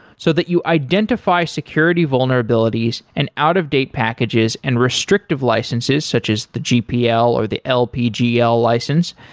so that you identify security vulnerabilities and out-of-date packages and restrictive licenses such as the gpl, or the lpgl license,